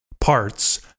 parts